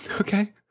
Okay